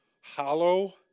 hollow